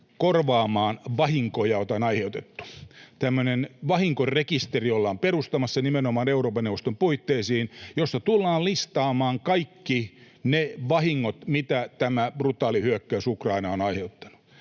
korvaamaan vahinkoja, joita on aiheutettu. Tämmöinen vahinkorekisteri ollaan perustamassa nimenomaan Euroopan neuvoston puitteisiin, ja siinä tullaan listaamaan kaikki ne vahingot, mitä tämä brutaali hyökkäys Ukrainaan on aiheuttanut.